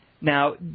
Now